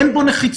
אין בו נחיצות,